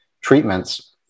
treatments